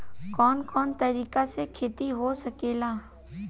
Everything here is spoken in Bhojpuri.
कवन कवन तरीका से खेती हो सकेला